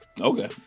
Okay